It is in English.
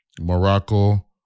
morocco